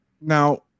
now